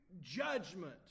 Judgment